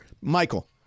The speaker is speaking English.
Michael